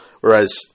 Whereas